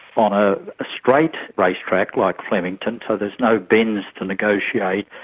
on a straight race track like flemington, so there are no bends to negotiate,